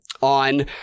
on